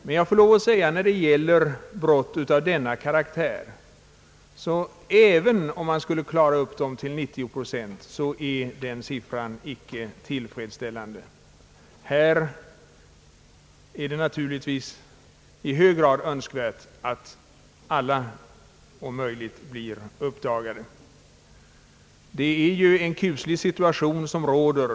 även om man skulle klara upp de grövsta brotten till 90 procent får jag lov att säga att inte heller den siffran är fullt tillfredsställande. Det är naturligtvis i hög grad önskvärt att alla dylika brott blir uppklarade. Onekligen är det en kuslig situation som råder.